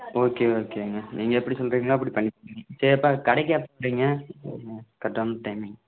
okay ஓகேங்க நீங்கள் எப்படி சொல்கிறீங்களோ அப்படி பண்ணி சரி அப்போ கடைக்கு எப்போ வர்றீங்க கரெக்டான டைமிங்